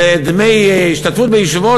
ודמי השתתפות בישיבות,